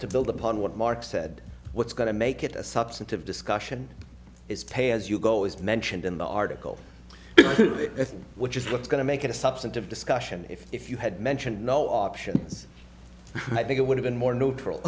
to build upon what mark said what's going to make it a substantive discussion is pay as you go is mentioned in the article which is what's going to make it a substantive discussion if you had mentioned no options i think it would have been more neutral